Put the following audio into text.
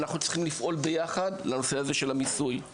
אנחנו צריכים לפעול ביחד בנושא הזה של המיסוי.